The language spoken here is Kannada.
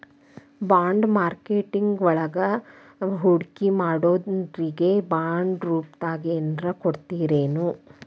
ಬಾಂಡ್ ಮಾರ್ಕೆಟಿಂಗ್ ವಳಗ ಹೂಡ್ಕಿಮಾಡ್ದೊರಿಗೆ ಬಾಂಡ್ರೂಪ್ದಾಗೆನರ ಕೊಡ್ತರೆನು?